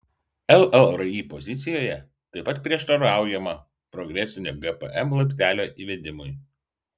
llri pozicijoje taip pat prieštaraujama progresinio gpm laiptelio įvedimui